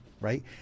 Right